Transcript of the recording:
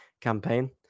campaign